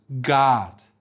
God